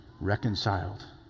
reconciled